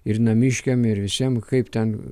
ir namiškiam ir visiem kaip ten